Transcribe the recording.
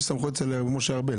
יש סמכות אצל משה ארבל,